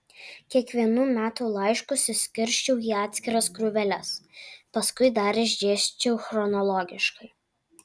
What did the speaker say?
kiekvienų metų laiškus išskirsčiau į atskiras krūveles paskui dar išdėsčiau chronologiškai